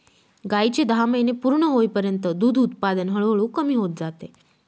गायीचे दहा महिने पूर्ण होईपर्यंत दूध उत्पादन हळूहळू कमी होत जाते